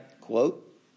quote